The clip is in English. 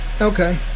Okay